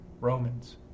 Romans